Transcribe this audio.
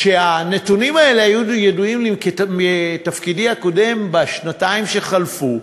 והנתונים האלה ידועים לי מתפקידי הקודם בשנתיים שחלפו,